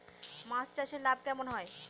মাছ চাষে লাভ কেমন হয়?